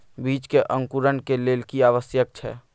बीज के अंकुरण के लेल की आवश्यक छै?